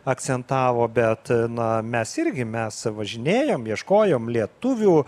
akcentavo bet na mes irgi mes važinėjom ieškojom lietuvių